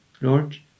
Lord